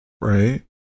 right